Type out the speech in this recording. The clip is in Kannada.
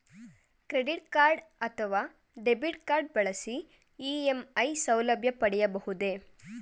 ಕ್ರೆಡಿಟ್ ಕಾರ್ಡ್ ಅಥವಾ ಡೆಬಿಟ್ ಕಾರ್ಡ್ ಬಳಸಿ ಇ.ಎಂ.ಐ ಸೌಲಭ್ಯ ಪಡೆಯಬಹುದೇ?